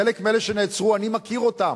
חלק מאלה שנעצרו אני מכיר אותם,